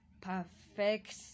perfect